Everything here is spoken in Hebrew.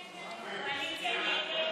מנסור עבאס,